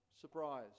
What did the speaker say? surprise